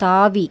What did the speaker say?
தாவி